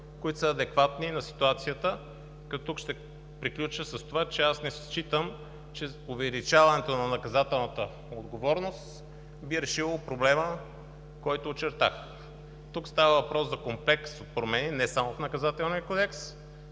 които са адекватни на ситуацията. Ще приключа с това, че не считам, че увеличаването на наказателната отговорност би решило проблема, който очертах. Тук става въпрос за комплекс от промени не само в Наказателния кодекс,